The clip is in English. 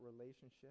relationship